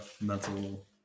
mental